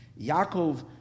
Yaakov